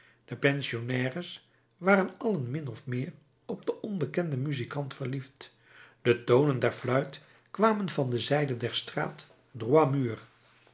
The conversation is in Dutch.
de pensionnaires waren allen min of meer op den onbekenden muzikant verliefd de tonen der fluit kwamen van de zijde der straat droit mur